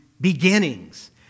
beginnings